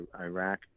Iraq